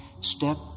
step